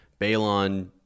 Balon